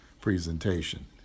presentation